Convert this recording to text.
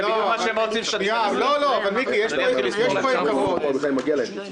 תלך על ה-33% האלה.